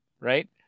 right